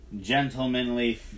gentlemanly